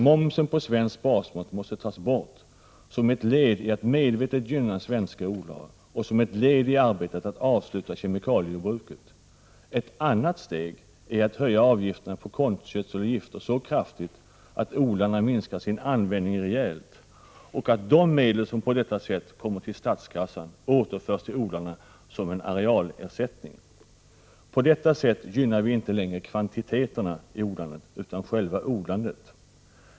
Momsen på svensk basmat måste tas bort, som ett led i att medvetet gynna svenska odlare och som ett led i arbetet att avsluta kemikaliejordbruket. Ett annat steg är att höja avgifterna på konstgödsel och gifter så kraftigt att odlarna minskar sin användning rejält och att de medel som på detta sätt kommer till statskassan återförs till odlarna som en arealersättning. På detta sätt gynnar vi inte längre kvantiteterna i odlandet utan själva odlandet.